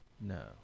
No